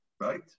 right